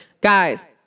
guys